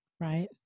Right